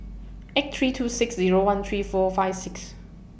eight three two six Zero one three four five six